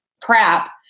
crap